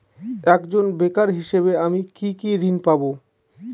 একজন বেকার হিসেবে আমি কি কি ঋণ পাব?